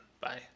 Bye